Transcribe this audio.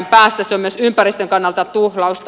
se on myös ympäristön kannalta tuhlausta